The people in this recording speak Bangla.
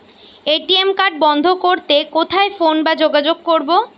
এ.টি.এম কার্ড বন্ধ করতে কোথায় ফোন বা যোগাযোগ করব?